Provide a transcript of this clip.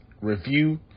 review